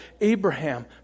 Abraham